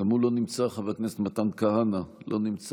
גם הוא לא נמצא, חבר הכנסת מתן כהנא, לא נמצא.